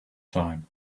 time